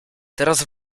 teraz